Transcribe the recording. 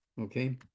Okay